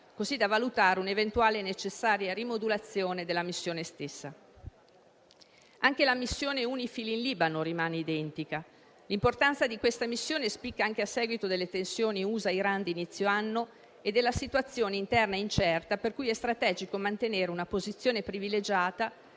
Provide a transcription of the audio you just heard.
così da valutare un'eventuale e necessaria rimodulazione della missione stessa. Anche la missione UNIFIL in Libano rimane identica. L'importanza di questa missione spicca anche a seguito delle tensioni USA-Iran di inizio anno e della situazione interna incerta, per cui è strategico mantenere una posizione privilegiata